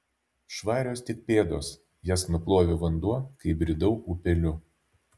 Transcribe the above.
švarios tik pėdos jas nuplovė vanduo kai bridau upeliu